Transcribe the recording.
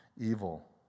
evil